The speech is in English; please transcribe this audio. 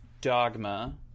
Dogma